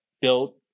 built